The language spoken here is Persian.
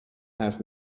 حرف